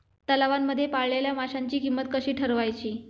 तलावांमध्ये पाळलेल्या माशांची किंमत कशी ठरवायची?